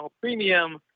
premium